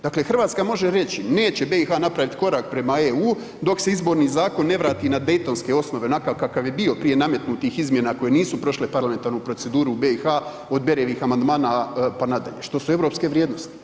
Dakle, Hrvatska može reći, neće BiH napraviti korak prema EU dok se izborni zakon ne vrati na dejtonske osnove, onakav kakav je bio prije nametnutih izmjena koje nisu prošle parlamentarnu proceduru u BiH, od Berijevih amandmana pa nadalje, što su europske vrijednosti.